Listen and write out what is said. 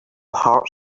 part